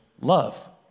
love